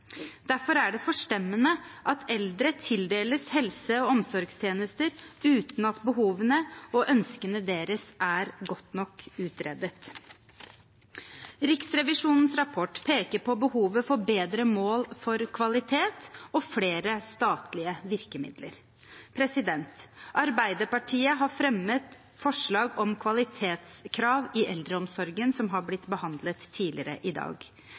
Derfor er det forstemmende at eldre tildeles helse- og omsorgstjenester uten at behovene og ønskene deres er godt nok utredet. Riksrevisjonens rapport peker på behovet for bedre mål for kvalitet og flere statlige virkemidler. Arbeiderpartiet har fremmet et forslag om kvalitetskrav i eldreomsorgen som er blitt behandlet tidligere i dag.